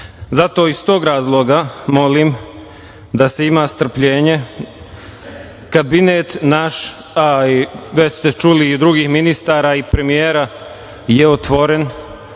iz tog razloga molim da se ima strpljenja. Kabinet naš, a već ste čuli i drugih ministara i premijera je otvoren